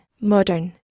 modern